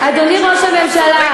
כן, אדוני ראש הממשלה,